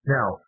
Now